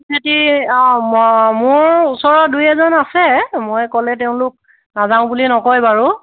খেতি অঁ ম মোৰ ওচৰৰ দুই এজন আছে মই ক'লে তেওঁলোক নাযাওঁ বুলি নকয় বাৰু